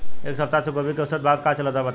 एक सप्ताह से गोभी के औसत भाव का चलत बा बताई?